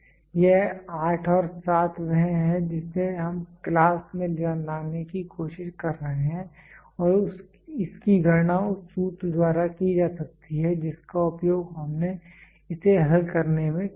यह 8 और 7 वह है जिसे हम क्लास में लाने की कोशिश कर रहे हैं और इसकी गणना उस सूत्र द्वारा की जा सकती है जिसका उपयोग हमने इसे हल करने में किया था